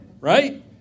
Right